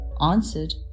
answered